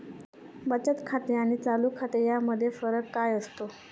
बचत खाते आणि चालू खाते यामध्ये फरक काय असतो?